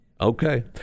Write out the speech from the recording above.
Okay